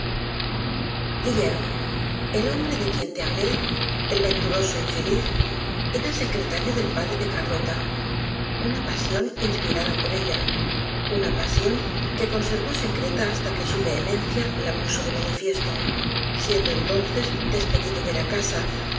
guillermo el hombre de quien te hablé el venturoso infeliz era secretario del padre de carlota una pasión inspirada por ella una pasión que conservó secreta hasta que su vehemencia la puso de manifiesto siendo entonces despedido de la casa